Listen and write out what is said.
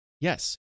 Yes